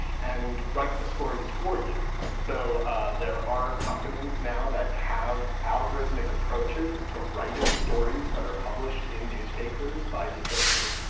and write the stories for you. so there are companies now that have algorithmic approaches to writing stories that are published in newspapers by the associated